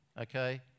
Okay